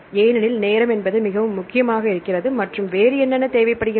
ஏனெனில் நேரம் என்பது மிகவும் முக்கியமாக இருக்கிறது மற்றும் வேறு என்னென்ன தேவைப்படுகிறது